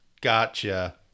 gotcha